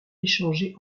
échangés